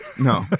No